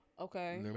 Okay